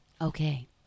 Okay